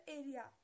area